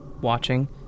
Watching